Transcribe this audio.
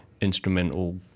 instrumental